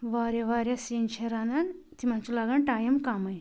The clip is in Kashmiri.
واریاہ واریاہ سِنۍ چھِ رَنان تِمَن چھُ لَگان ٹایم کَمٕے